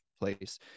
place